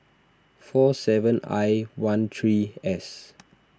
four seven I one three S